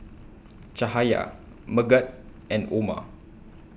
Cahaya Megat and Omar